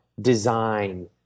design